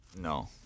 No